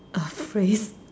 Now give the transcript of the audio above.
a phrase